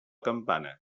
campana